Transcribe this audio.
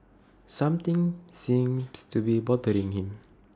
something seems to be bothering him